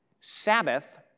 Sabbath